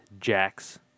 Jax